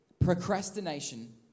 Procrastination